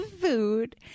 food